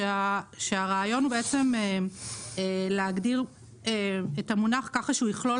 כשהרעיון הוא להגדיר את המונח ככה שיכלול